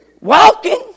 walking